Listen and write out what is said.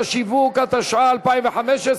התשע"ו 2015,